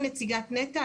אני נציגת נת"ע,